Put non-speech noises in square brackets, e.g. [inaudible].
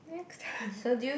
next [laughs]